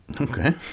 okay